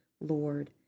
Lord